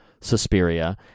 Suspiria